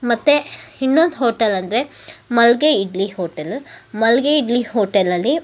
ಮತ್ತು ಇನ್ನೊಂದು ಹೋಟೆಲ್ ಅಂದರೆ ಮಲ್ಲಿಗೆ ಇಡ್ಲಿ ಹೋಟೆಲ್ ಮಲ್ಲಿಗೆ ಇಡ್ಲಿ ಹೋಟೆಲ್ಲಲ್ಲಿ